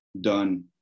done